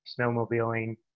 snowmobiling